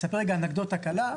צריך רגע אנקדוטה קלה,